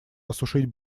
осушить